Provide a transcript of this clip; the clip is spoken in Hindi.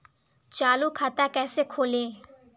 चालू खाता कैसे खोलें?